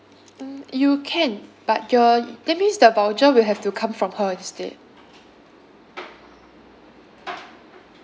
mm you can but your that means the voucher will have to come from her instead